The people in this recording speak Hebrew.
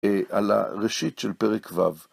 על הראשית של פרק וב.